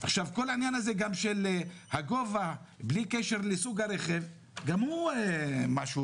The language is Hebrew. כל העניין של הגובה בלי קשר לסוג הרכב גם הוא בעייתי.